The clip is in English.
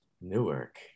newark